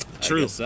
True